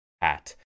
hat